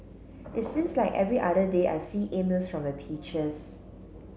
it seems like every other day I see emails from the teachers